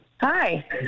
Hi